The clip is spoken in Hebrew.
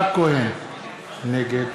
נגד